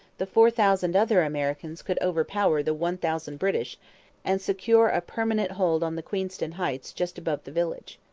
the four thousand other americans could overpower the one thousand british and secure a permanent hold on the queenston heights just above the village.